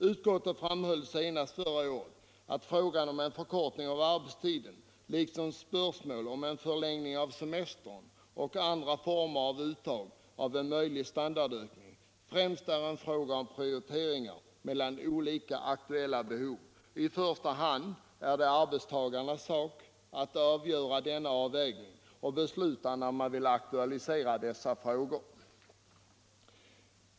Utskottet framhöll senast förra året att frågan om en förkortning av arbetstiden liksom spörsmål om en förlängning av semestern och andra former av uttag av en möjlig standardökning främst är en fråga om prioriteringar mellan olika aktuella behov och att det i första hand är arbetstagarens sak att avgöra denna avvägning och besluta när man vill aktualisera dessa frågor.